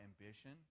ambition